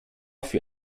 für